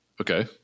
Okay